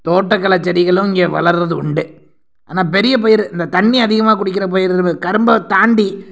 தோட்டக்கலை செடிகளும் இங்கே வளர்றது உண்டு ஆனால் பெரிய பயிர் இந்த தண்ணி அதிகமாக குடிக்கிற பயிர் இந்த கரும்ப தாண்டி